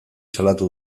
salatu